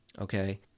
okay